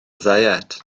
ddiet